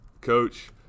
coach